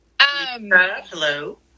Hello